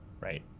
right